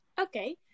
Okay